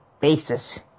basis